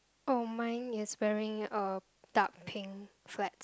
oh mine is wearing a dark pink flat